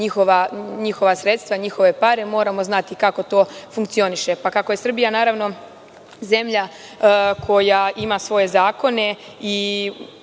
njihova sredstva, njihove pare, moramo znati kako to i funkcioniše. Pa, kako je Srbija, naravno, zemlja koja ima svoje zakone i